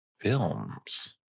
films